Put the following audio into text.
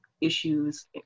issues